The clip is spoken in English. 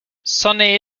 sunni